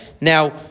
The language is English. Now